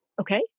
Okay